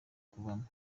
kuvamo